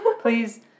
Please